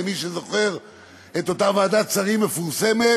למי שזוכר את אותה ועדת שרים מפורסמת,